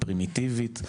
פרימיטיבית,